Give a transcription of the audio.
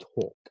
talk